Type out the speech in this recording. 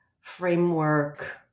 framework